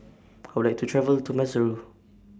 I Would like to travel to Maseru